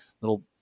little